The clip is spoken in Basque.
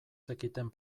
zekiten